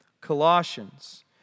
Colossians